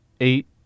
eight